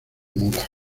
mula